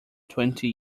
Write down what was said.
twenty